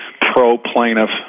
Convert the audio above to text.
pro-plaintiff